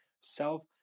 self